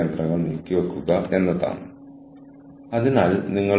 ഞാൻ ഓപ്ഷനുകൾ നൽകുന്നു എന്നിട്ട് തീരുമാനിക്കൂ